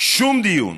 שום דיון.